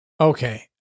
Okay